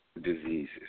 Diseases